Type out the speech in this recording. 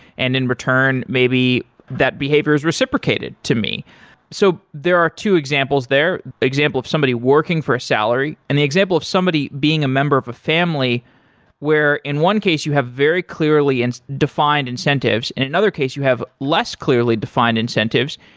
and in return, maybe that behavior is reciprocated to me so there are two examples there example of somebody working for a salary and the example of somebody being a member of a family where in one case you have very clearly and defined incentives. in another case you have less clearly defined incentives.